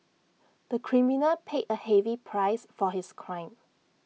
the criminal paid A heavy price for his crime